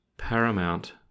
Paramount